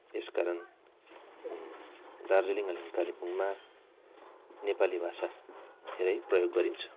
यस कारण दार्जिलिङ अनि कालेबुङमा नेपाली भाषा धेरै प्रयोग गरिन्छ